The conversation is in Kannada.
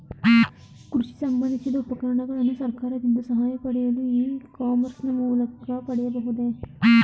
ಕೃಷಿ ಸಂಬಂದಿಸಿದ ಉಪಕರಣಗಳನ್ನು ಸರ್ಕಾರದಿಂದ ಸಹಾಯ ಪಡೆಯಲು ಇ ಕಾಮರ್ಸ್ ನ ಮೂಲಕ ಪಡೆಯಬಹುದೇ?